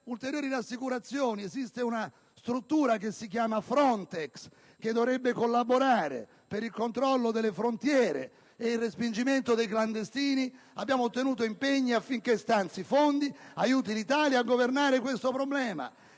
ulteriori rassicurazioni. Esiste una struttura che si chiama FRONTEX e che dovrebbe collaborare per il controllo delle frontiere e il respingimento dei clandestini. Abbiamo ottenuto impegni affinché tale struttura stanzi fondi ed aiuti l'Italia a governare questo problema.